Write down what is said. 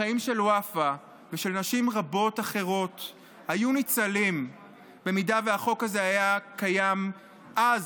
החיים של וופא ושל נשים רבות אחרות היו ניצלים אם החוק הזה היה קיים אז,